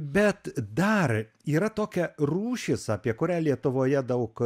bet dar yra tokia rūšis apie kurią lietuvoje daug